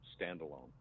standalone